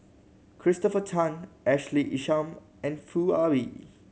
Christopher Tan Ashley Isham and Foo Ah Bee